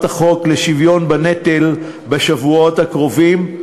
החוק לשוויון בנטל בשבועות הקרובים,